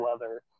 leather